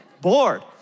bored